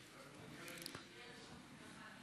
אני